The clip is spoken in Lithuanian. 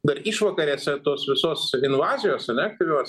dar išvakarėse tos visos invazijos ane aktyvios